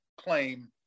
claim